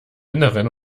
innern